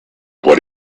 what